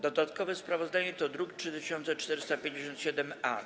Dodatkowe sprawozdanie to druk nr 3457-A.